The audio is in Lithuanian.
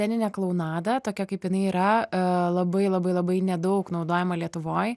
sceninę klounadą tokia kaip jinai yra labai labai labai nedaug naudojama lietuvoj